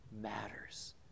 matters